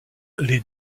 les